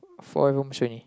four rooms only